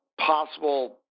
possible